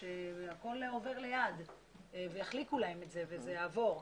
שהכול עובר ליד ויחליקו להם את זה וזה יעבור.